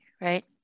right